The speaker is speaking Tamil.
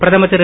பிரதமர் திரு